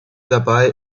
dabei